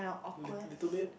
little little bit